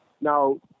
Now